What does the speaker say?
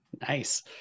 Nice